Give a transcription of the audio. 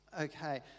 okay